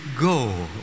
go